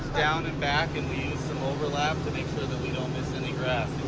down and back, and we use some overlap to make sure that we don't miss any grass.